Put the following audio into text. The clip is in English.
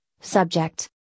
subject